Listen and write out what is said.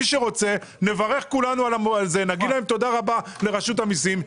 מי שרוצה יגיד תודה לרשות המסים,